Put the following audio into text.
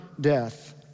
death